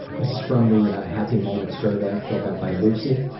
this is from the happy moments survey filled out by lucy.